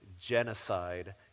genocide